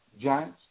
Giants